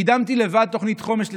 קידמתי לבד תוכנית חומש לתעסוקה.